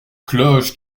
cloches